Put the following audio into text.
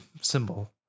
symbol